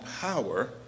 power